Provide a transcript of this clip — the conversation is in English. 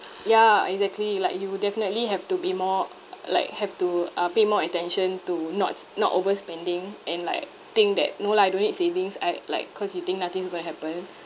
ya exactly like you will definitely have to be more like have to uh pay more attention to not not overspending and like think that no lah I don't need savings I like cause you think nothing is going to happen